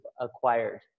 acquired